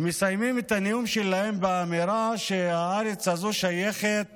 ומסיימים את הנאום שלהם באמירה שהארץ הזו שייכת